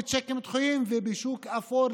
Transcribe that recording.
בצ'קים דחויים ובשוק אפור,